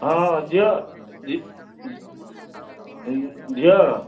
ହଁ ଝିଅ ଝିଅ